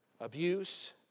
Abuse